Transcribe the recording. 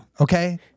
okay